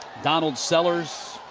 donald sellers.